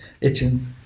Itching